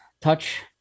touch